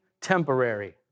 temporary